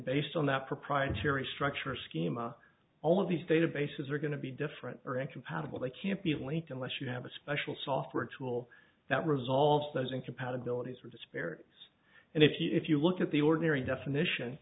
based on that proprietary structure schema all of these databases are going to be different or incompatible they can't be linked unless you have a special software tool that resolves those incompatibilities were disparate and if you look at the ordinary definition